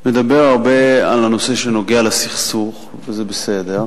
מדבר הרבה על הנושא שנוגע לסכסוך, שזה בסדר,